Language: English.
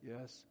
yes